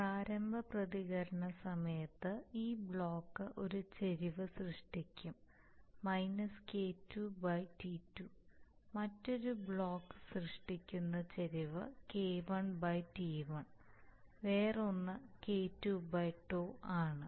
പ്രാരംഭ പ്രതികരണ സമയത്ത് ഈ ബ്ലോക്ക് ഒരു ചരിവ് സൃഷ്ടിക്കും K2 τ2 മറ്റൊരു ബ്ലോക്ക് സൃഷ്ടിക്കുന്ന ചരിവ് K1 τ1 വേറൊന്ന് K2 τ ആണ്